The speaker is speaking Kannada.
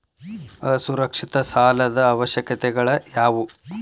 ಅಸುರಕ್ಷಿತ ಸಾಲದ ಅವಶ್ಯಕತೆಗಳ ಯಾವು